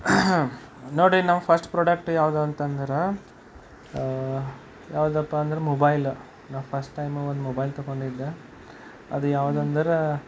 ನೋಡ್ರಿ ನಮ್ಮ first product ಯಾವುದು ಅಂತಂದರೆ ಯಾವ್ದಪ್ಪಾ ಅಂದ್ರೆ ಮೊಬೈಲ ನಾ ಫಸ್ಟ್ ಟೈಮ್ ಒಂದು ಮೊಬೈಲ್ ತೊಗೊಂಡಿದ್ದೆ ಅದು ಯಾವ್ದೆಂದರೆ